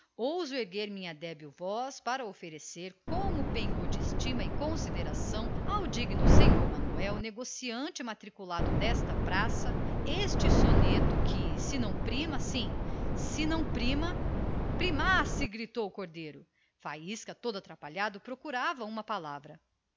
erguer a minha débil voz para oferecer como penhor de estima e consideração ao senhor manuel digno negociante matriculado da nossa praça este modesto soneto que se não prima sim se não prima primasse gritou o cordeiro faísca todo atrapalhado procurava uma palavra